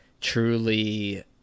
truly